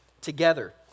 together